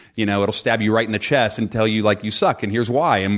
you know it will stab you right in the chest and tell you like you suck and here is why. and